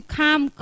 come